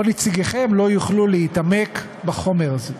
או נציגיכם לא יוכלו, להתעמק בחומר הזה.